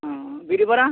ହଁ ବିରି ବରା